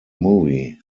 movie